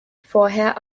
vorher